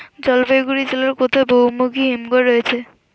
জলপাইগুড়ি জেলায় কোথায় বহুমুখী হিমঘর রয়েছে?